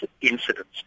incidents